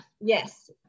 yes